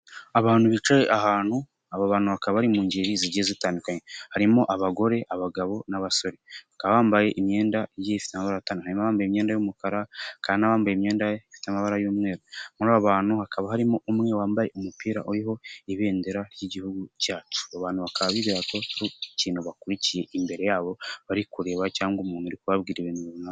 Abantu bicaye ahantu aba bantu bakaba bari mu ngeri zigiye zitandukanye harimo abagore, abagabo n'abasore bambaye imyenda y'umukara kandi bambaye imyenda ifite amabara y'umweru hakaba harimo umwe wambaye umupira uriho ibendera ry'igihugu, bakaba bareba ku kintu kiri imbere yabo bari kureba cyangwa umuntu uri kubabwira ibintu runaka.